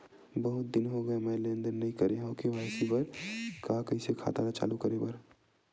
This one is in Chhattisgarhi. बहुत दिन हो गए मैं लेनदेन नई करे हाव के.वाई.सी बर का का कइसे खाता ला चालू करेबर?